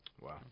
Wow